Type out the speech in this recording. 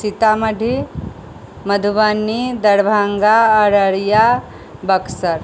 Sitamarhi Madhubani Darbhanga Araria Buxar